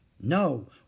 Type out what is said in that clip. No